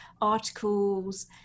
articles